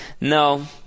No